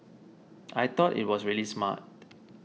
I thought it was really smart